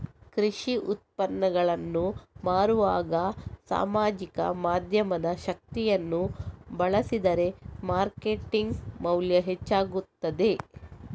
ಕೃಷಿ ಉತ್ಪನ್ನಗಳನ್ನು ಮಾರುವಾಗ ಸಾಮಾಜಿಕ ಮಾಧ್ಯಮದ ಶಕ್ತಿಯನ್ನು ಬಳಸಿದರೆ ಮಾರ್ಕೆಟಿಂಗ್ ಮೌಲ್ಯ ಹೆಚ್ಚಾಗುತ್ತದೆ